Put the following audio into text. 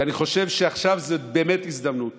ואני חושב שעכשיו זו באמת הזדמנות